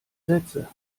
sätze